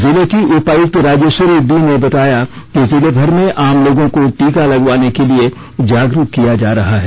जिले की उपायुक्त राजेश्वरी बी ने बताया कि जिले भर में आम लोगों को टीका लगवाने के लिए जागरूक किया जा रहा है